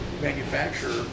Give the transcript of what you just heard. manufacturer